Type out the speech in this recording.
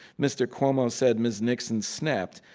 mr. cuomo said ms. nixon snapped.